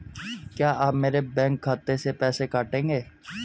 क्या आप मेरे बैंक खाते से पैसे काटेंगे?